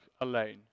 alone